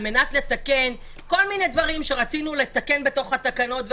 מנת לתקן כל מיני דברים שרצינו לתקן בתקנות,